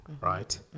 right